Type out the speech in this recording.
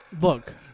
Look